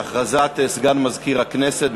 הודעת סגן מזכירת הכנסת.